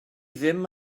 ddim